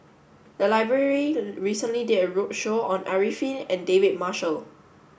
the library recently did a roadshow on Arifin and David Marshall